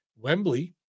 Wembley